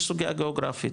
יש סוגיה גאוגרפית,